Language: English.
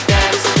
Dance